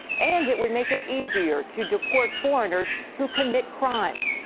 and it would make it easier to deport foreigners who commit crimes.